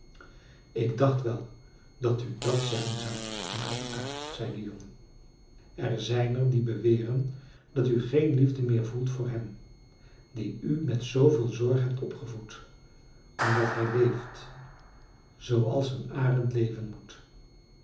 ik dacht wel dat u dat zeggen zou moeder akka zei de jongen er zijn er die beweren dat u geen liefde meer voelt voor hem dien u met zooveel zorg hebt opgevoed omdat hij leeft zooals een arend leven moet